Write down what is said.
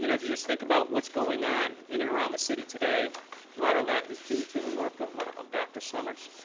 you know if you just think about what's going on in and around the city today, a lot of that is due to the work of of dr. summers.